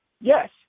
Yes